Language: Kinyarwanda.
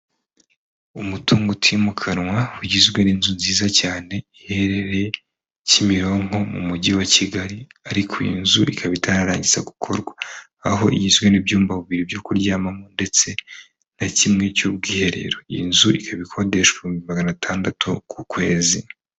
Umutungo utimukanwa ugizwe n'inzu nziza cyane iherereye Kimironko mu mujyi wa Kigali ariko iyi nzu ikaba itararangiza gukorwa, aho igizwe n'ibyumba bibiri byo kuryamamo ndetse na kimwe cy'ubwiherero. Iyi nzu ikab a ikodeshwa ibihumbi magana atandatu ku kwezi.